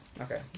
Okay